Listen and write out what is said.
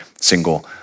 single